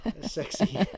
sexy